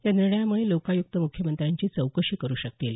या निर्णयामुळे लोकायुक्त मुख्यमंत्र्यांची चौकशी करु शकतील